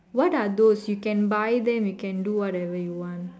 what are those you can buy them you can do whatever you want